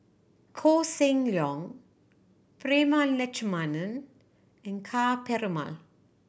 Koh Seng Leong Prema Letchumanan and Ka Perumal